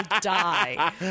die